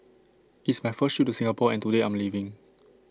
it's my first trip to Singapore and today I'm leaving